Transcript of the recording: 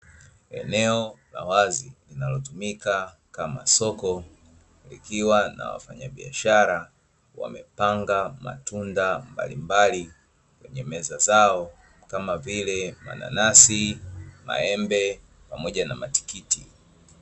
Eneo la wazi linalotumika kama soko, likiwa na wafanyabiashara wamepanga matunda mbalimbali kwenye meza zao, kama vile mananasi, maembe pamoja na matikiti.